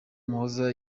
muhoza